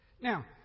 Now